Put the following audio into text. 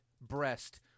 breast